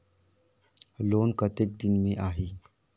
Loan कतेक दिन मे आही?